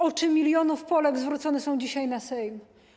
Oczy milionów Polek zwrócone są dzisiaj na Sejm.